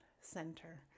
center